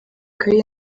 ikaye